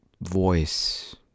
voice